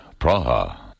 Praha